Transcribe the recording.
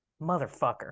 motherfucker